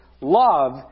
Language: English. Love